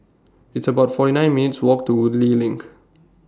It's about forty nine minutes' Walk to Woodleigh LINK